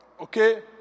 okay